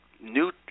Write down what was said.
new